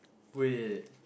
wait